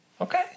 Okay